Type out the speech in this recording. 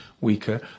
weaker